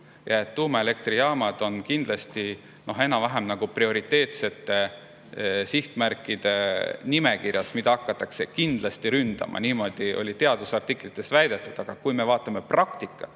tuumaelektrijaamad on nende enam-vähem prioriteetsete sihtmärkide nimekirjas, mida hakatakse kindlasti ründama. Niimoodi oli teadusartiklis väidetud. Aga vaatame praktikat,